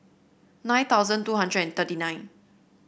nine thousand two hundred and thirty nine